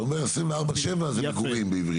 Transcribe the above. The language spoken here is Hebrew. כן, אתה אומר 7/24, זה מגורים בעברית.